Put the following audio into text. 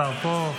השר פה.